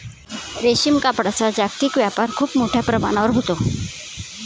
रेशीम कापडाचा जागतिक व्यापार खूप मोठ्या प्रमाणावर होतो